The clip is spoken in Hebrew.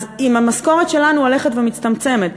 אז אם המשכורת שלנו הולכת ומצטמצמת,